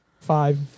five